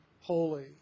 holy